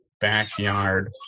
backyard